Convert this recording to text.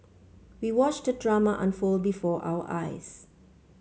we watched the drama unfold before our eyes